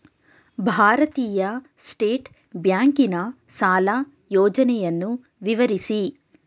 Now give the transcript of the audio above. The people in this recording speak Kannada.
ಭಾರತೀಯ ಸ್ಟೇಟ್ ಬ್ಯಾಂಕಿನ ಸಾಲ ಯೋಜನೆಯನ್ನು ವಿವರಿಸಿ?